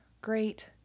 great